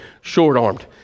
short-armed